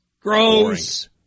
Gross